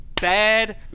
bad